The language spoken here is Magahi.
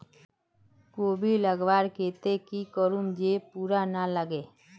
कोबी लगवार केते की करूम जे पूका ना लागे?